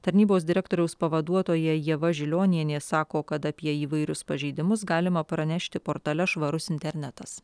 tarnybos direktoriaus pavaduotoja ieva žilionienė sako kad apie įvairius pažeidimus galima pranešti portale švarus internetas